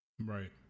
Right